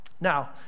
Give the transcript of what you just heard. Now